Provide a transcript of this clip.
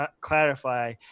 clarify